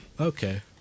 Okay